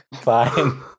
Fine